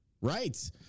Right